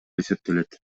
эсептелет